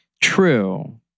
True